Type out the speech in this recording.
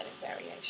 variation